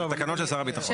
התקנות של שר הביטחון.